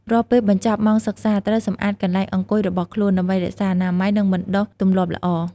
រាល់ពេលបញ្ចប់ម៉ោងសិក្សា ត្រូវសម្អាតកន្លែងអង្គុយរបស់ខ្លួន ដើម្បីរក្សាអនាម័យ និងបណ្ដុះទម្លាប់ល្អ។